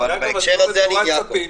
אבל בהקשר הזה אני עם יעקב.